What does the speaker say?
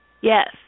Yes